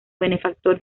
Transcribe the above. benefactor